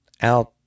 out